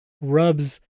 rubs